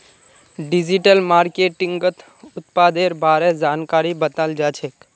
digital मार्केटिंगत उत्पादेर बारे जानकारी बताल जाछेक